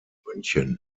münchen